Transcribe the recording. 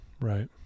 Right